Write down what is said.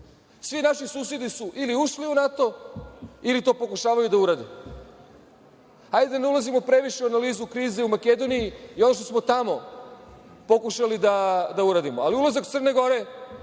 Svi naši susedi su ili ušli u NATO ili to pokušavaju da urade. Hajde da ne ulazimo previše u analizu krize u Makedoniji i ono što smo tamo pokušali da uradimo, ali ulazak Crne Gore,